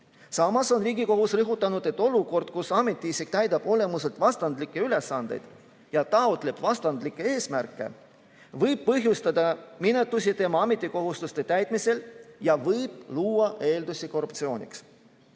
Samas on Riigikohus rõhutanud, et olukord, kus ametiisik täidab olemuselt vastandlikke ülesandeid ja taotleb vastandlikke eesmärke, võib põhjustada minetusi tema ametikohustuste täitmisel ja võib luua eeldusi korruptsiooniks.